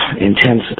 intense